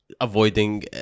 avoiding